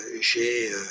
j'ai